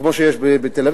כמו שיש בתל-אביב,